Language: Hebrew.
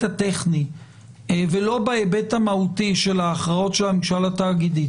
הטכני ולא בהיבט המהותי של ההכרעות של הממשל התאגידי,